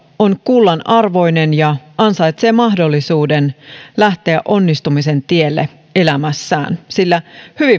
on kullan arvoinen ja ansaitsee mahdollisuuden lähteä onnistumisen tielle elämässään sillä